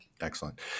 Excellent